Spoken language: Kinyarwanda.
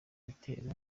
bitero